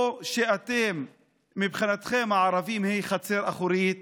או שמבחינתכם הערבים הם חצר אחורית